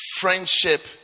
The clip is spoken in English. friendship